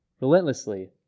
relentlessly